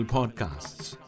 Podcasts